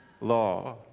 law